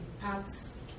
parts